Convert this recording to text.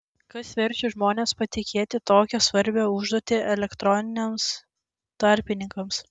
kas verčia žmones patikėti tokią svarbią užduotį elektroniniams tarpininkams